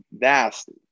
nasty